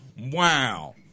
Wow